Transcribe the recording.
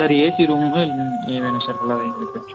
sir AC room வேணும் sir ஃபுல்லாகவே எங்களுக்கு